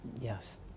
Yes